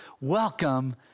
Welcome